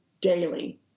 daily